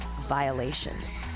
violations